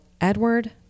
Edward